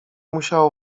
musiał